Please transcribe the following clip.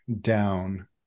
down